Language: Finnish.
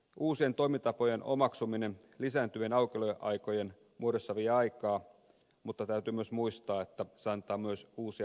uusien toimintatapojen omaksuminen lisääntyvien aukioloaikojen muodossa vie aikaa mutta täytyy muistaa että se antaa myös uusia mahdollisuuksia